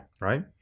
Right